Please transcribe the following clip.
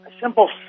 simple